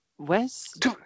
West